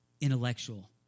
Intellectual